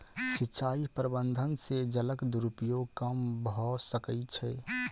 सिचाई प्रबंधन से जलक दुरूपयोग कम भअ सकै छै